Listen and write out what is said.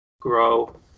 grow